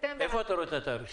איפה אתה רואה את התאריכים?